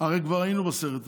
הרי כבר היינו בסרט הזה.